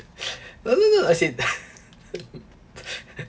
no no no as in